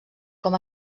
com